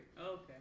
Okay